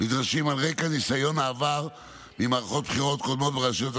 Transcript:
נדרשים על רקע ניסיון העבר ממערכות בחירות קודמות ברשויות המקומיות,